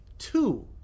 two